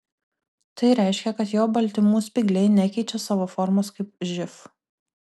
tai reiškia kad jo baltymų spygliai nekeičia savo formos kaip živ